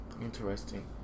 interesting